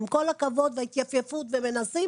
עם כל הכבוד להתייפייפות ול"מנסים"